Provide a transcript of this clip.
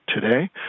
today